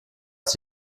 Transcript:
ist